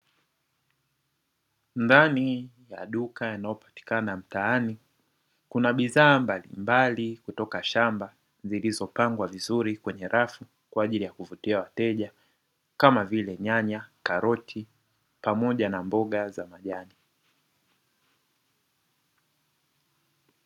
Ndani ya duka linalo patikana mtaani, kuna bidhaa mbalimbali kutoka shamba zilizo pangwa vizuri kwenye rafu kwaajili ya kuvutia wateja kama vile nyanya, karoti, pamoja na mboga za majani.